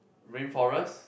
rainforest